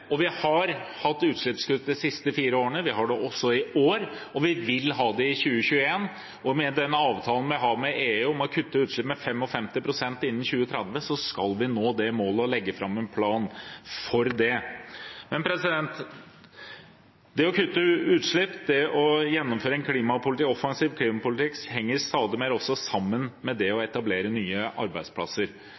og vi skaper flere arbeidsplasser. Vi har hatt utslippskutt de siste fire årene. Vi har det også i år, og vi vil ha det i 2021. Med den avtalen vi har med EU om å kutte utslipp med 55 pst. innen 2030, skal vi nå det målet og legge fram en plan for det. Det å kutte utslipp og å gjennomføre en offensiv klimapolitikk henger stadig mer sammen med det å etablere nye arbeidsplasser.